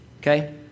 Okay